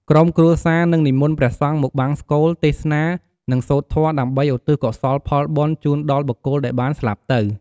ក្រុមគ្រួសារនឹងនិមន្តព្រះសង្ឃមកបង្សុកូល ទេសនា និងសូត្រធម៌ដើម្បីឧទ្ទិសកុសលផលបុណ្យជូនដល់បុគ្គលដែលបានស្លាប់ទៅ។